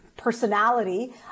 personality